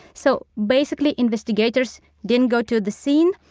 so basically investigators didn't go to the scene.